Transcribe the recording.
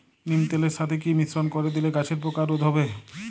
নিম তেলের সাথে কি মিশ্রণ করে দিলে গাছের পোকা রোধ হবে?